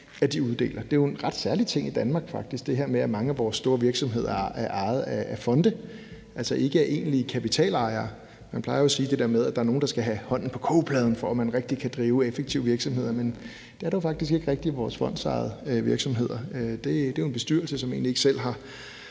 de uddeler. Det er jo en ret særlig ting i Danmark faktisk, at mange af vores store virksomheder er ejet af fonde, altså ikke af egentlige kapitalejere. Man plejer jo at sige det der med, at der er nogen, der skal have hånden på kogepladen, for at man rigtigt kan drive effektive virksomheder, men det er der jo faktisk ikke rigtig nogen der har i vores fondsejede virksomheder. Det er jo en bestyrelse, som egentlig ikke selv har